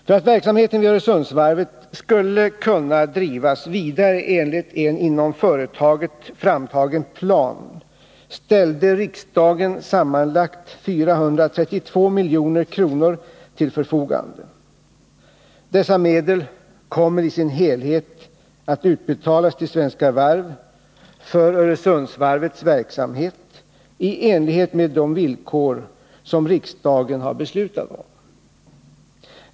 För att verksamheten vid Öresundsvarvet skulle kunna drivas vidare enligt en inom företaget framtagen plan ställde riksdagen sammanlagt 432 milj.kr. till förfogande. Dessa medel kommer i sin helhet att utbetalas till Svenska Varv för Öresundsvarvets verksamhet i enlighet med de villkor som riksdagen har beslutat om.